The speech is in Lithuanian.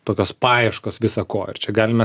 tokios paieškos visa ko ir čia galime